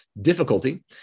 difficulty